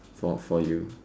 for for you